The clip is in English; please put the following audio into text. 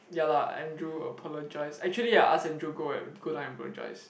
ya lah Andrew apologise actually I ask Andrew go and go down and apologise